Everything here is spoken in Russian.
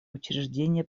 учреждения